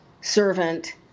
servant